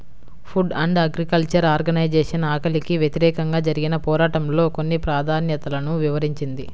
food and agriculture organization ఆకలికి వ్యతిరేకంగా జరిగిన పోరాటంలో కొన్ని ప్రాధాన్యతలను వివరించింది